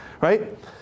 Right